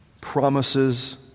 promises